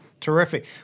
Terrific